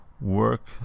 work